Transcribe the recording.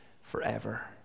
forever